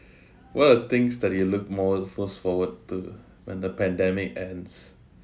what are things that you look more most forward to when the pandemic ends